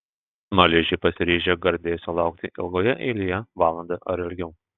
smaližiai pasiryžę gardėsio laukti ilgoje eilėje valandą ar ilgiau